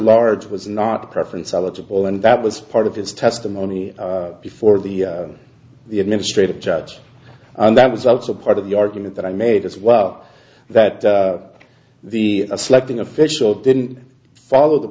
large was not a preference eligible and that was part of his testimony before the the administrative judge and that was also part of the argument that i made as well that the selecting official didn't follow the